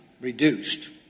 reduced